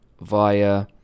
via